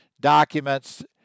documents